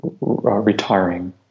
retiring